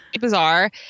bizarre